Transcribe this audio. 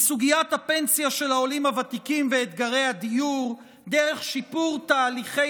מסוגיית הפנסיה של העולים הוותיקים ואתגרי הדיור דרך שיפור תהליכי